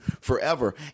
forever